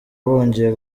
bongeye